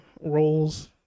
roles